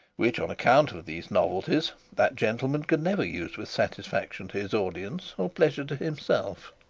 which, on account of these novelties, that gentleman could never use with satisfaction to his audience or pleasure to himself.